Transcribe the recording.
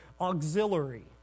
auxiliary